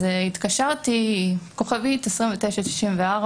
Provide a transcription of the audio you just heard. התקשרתי כוכבית 2994,